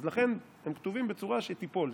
אז לכן הם כתובים בצורה שתיפול,